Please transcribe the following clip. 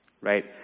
right